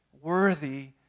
worthy